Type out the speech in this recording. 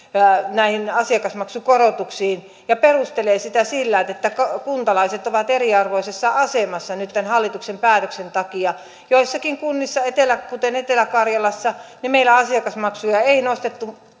näihin asiakasmaksukorotuksiin ja perustelee sitä sillä että että kuntalaiset ovat nyt eriarvoisessa asemassa tämän hallituksen päätöksen takia joissakin kunnissa kuten etelä karjalassa asiakasmaksuja ei nostettu